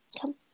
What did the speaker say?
Come